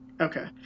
Okay